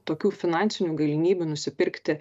tokių finansinių galimybių nusipirkti